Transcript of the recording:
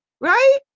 right